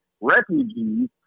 refugees